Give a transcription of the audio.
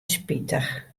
spitich